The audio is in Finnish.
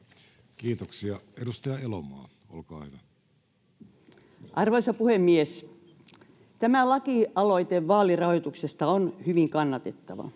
Kiitoksia. — Edustaja Elomaa, olkaa hyvä. Arvoisa puhemies! Tämä lakialoite vaalirahoituksesta on hyvin kannatettava.